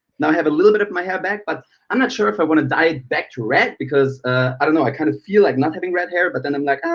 i have a little bit of my head back, but i'm not sure if i wanna dye it back to red because i don't know, i kinda feel like not having red hair, but then i'm like, ah,